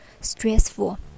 stressful